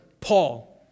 Paul